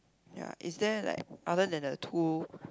ya is there like other than the two